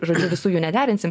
žodžiu visų jų nederinsim